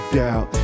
doubt